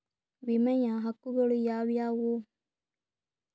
ವಿಮೆಯ ಹಕ್ಕುಗಳು ಯಾವ್ಯಾವು?